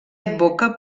advoca